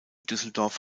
düsseldorf